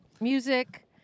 music